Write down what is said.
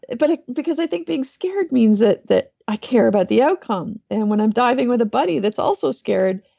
but ah because i think being scared means that that i care about the outcome. and when i'm diving with a buddy that's also scared,